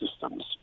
systems